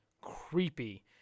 creepy